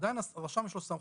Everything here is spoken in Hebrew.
עדיין לרשם יש את הסמכות,